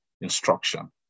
instruction